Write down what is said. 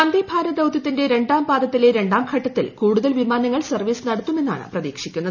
വന്ദേഭാരത് ദൌത്യത്തിന്റെ രണ്ടാം പാദത്തിലെ രണ്ടാം ഘട്ടത്തിൽ കൂടുതൽ വിമാനങ്ങൾ സർവ്വീസ് നടത്തുമെന്നാണ് പ്രതീക്ഷിക്കുന്നത്